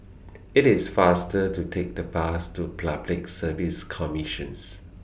It's faster to Take The Bus to Public Service Commission